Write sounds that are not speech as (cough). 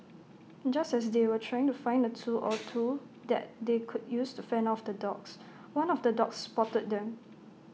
just as they were trying to find A tool (noise) or two that they could use to fend off the dogs one of the dogs spotted them